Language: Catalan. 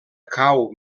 cau